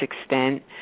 extent